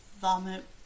vomit